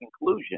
conclusion